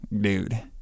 dude